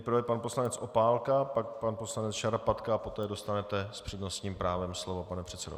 Nejprve pan poslanec Opálka, pak pan poslanec Šarapatka a poté dostanete s přednostním právem slovo, pane předsedo.